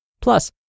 Plus